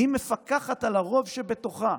היא מפקחת על הרוב שבתוכה.